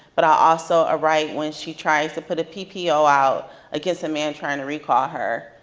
but i'll also write when she tries to put a ppo out against a man trying to recall her.